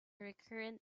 recurrent